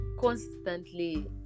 constantly